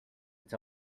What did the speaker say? its